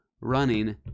running